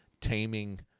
taming